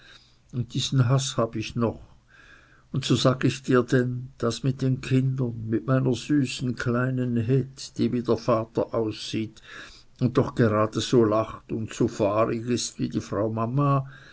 diesen haß hab ich noch und so sag ich dir denn das mit den kindern mit meiner süßen kleinen heth die wie der vater aussieht und doch gerade so lacht und so fahrig ist wie die frau mama